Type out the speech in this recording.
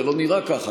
זה לא נראה ככה.